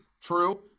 True